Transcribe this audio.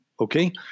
Okay